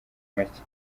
make